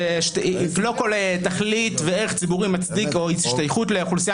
לא כל תכלית וערך ציבורי או השתייכות לאוכלוסייה